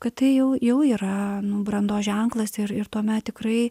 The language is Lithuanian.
kad tai jau jau yra nu brandos ženklas ir ir tuomet tikrai